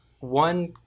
one